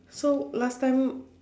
so last time